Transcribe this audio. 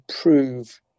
prove